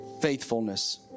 faithfulness